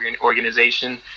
organization